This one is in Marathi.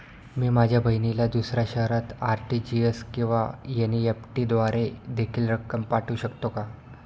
मी माझ्या बहिणीला दुसऱ्या शहरात आर.टी.जी.एस किंवा एन.इ.एफ.टी द्वारे देखील रक्कम पाठवू शकतो का?